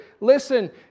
listen